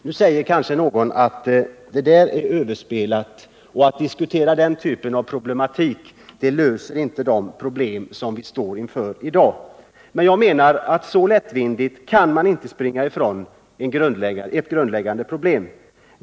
Nu säger kanske någon att detta är överspelat och att en diskussion av denna typ inte löser de problem vi står inför i dag. Jag menar att man inte så lättvindigt kan springa bort från ett grundläggande problem.